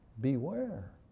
beware